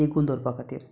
हें तिगून दवरपा खातीर